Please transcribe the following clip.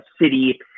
city